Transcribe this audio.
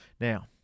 Now